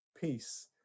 peace